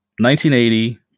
1980